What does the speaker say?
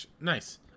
Nice